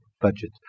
budget